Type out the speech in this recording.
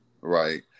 right